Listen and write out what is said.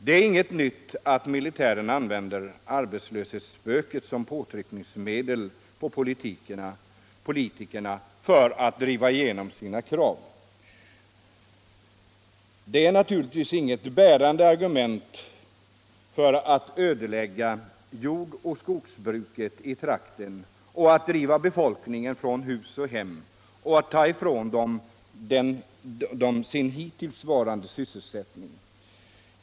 Det är inget nytt att militären använder arbetslöshetsspöket som påtryckningsmedel mot politikerna för att driva igenom sina krav. Men det är naturligtvis inget bärande argument för att ödelägga jordoch skogsbruket i trakten, driva befolkningen från hus och hem och ta ifrån den dess hittillsvarande sysselsättning.